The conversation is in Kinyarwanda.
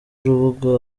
urubuga